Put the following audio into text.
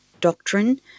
doctrine